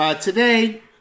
Today